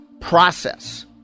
process